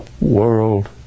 world